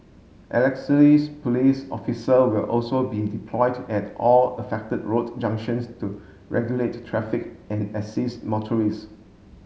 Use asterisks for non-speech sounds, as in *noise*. *unintelligible* police officers will also be deployed at all affected road junctions to regulate traffic and assist motorist